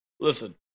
Listen